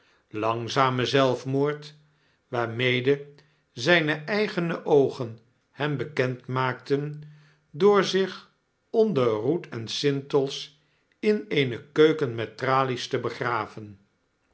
langzamen zelfmoord waarmede zyne eigene oogen hem bekend maakten door zich onder roet en sintels in eene keuken met tralies te begraven